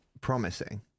promising